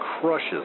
crushes